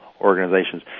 organizations